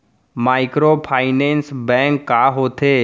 Microfinance bank का होथे?